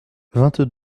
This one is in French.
vingt